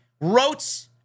wrote